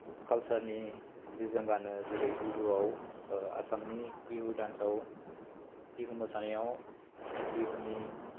कालचारनि जि जोम गानो जेरै बिहुआव आसामनि बिहु डान्साव बिहु मोसानायाव बिहुनि